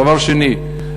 דבר שני,